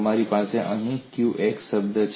તમારી પાસે અહીં qx શબ્દ છે